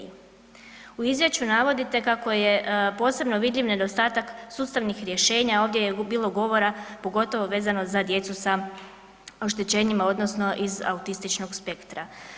U izvješću navodite kako je posebno vidljiv nedostatak sustavnih rješenja a ovdje je bilo govora pogotovo vezano za djecu sa oštećenjima odnosno iz autističnog spektra.